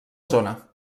zona